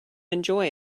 enjoy